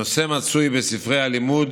הנושא מצוי בספרי הלימוד